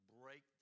break